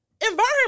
environment